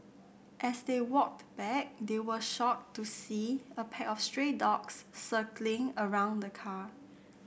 as they walked back they were shocked to see a pack of stray dogs circling around the car